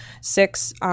six